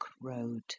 road